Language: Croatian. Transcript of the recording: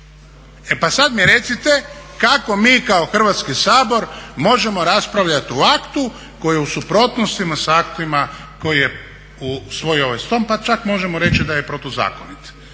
E pa sad mi recite kako mi kao Hrvatski sabor možemo raspravljat o aktu koji je u suprotnostima s aktima koji je usvojio ovaj dom, pa čak možemo reći da je protuzakonit.